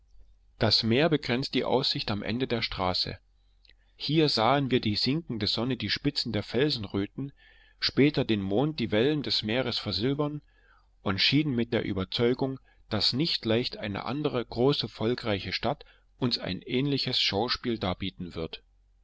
das meer begrenzt die aussicht am ende der straße hier sahen wir die sinkende sonne die spitzen der felsen röten später den mond die wellen des meeres versilbern und schieden mit der überzeugung daß nicht leicht eine andere große volkreiche stadt uns ein ähnliches schauspiel darbieten wird